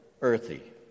earthy